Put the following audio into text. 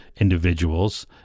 individuals